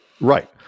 right